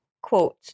quote